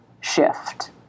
shift